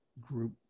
group